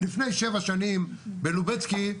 לפני שבע שנים, בלובצקי,